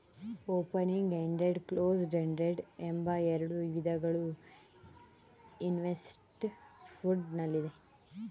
opening ended, closed ended ಎಂಬ ಎರಡು ವಿಧಗಳು ಇನ್ವೆಸ್ತ್ಮೆಂಟ್ ಫಂಡ್ ನಲ್ಲಿದೆ